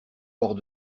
hors